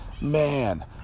man